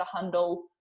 handle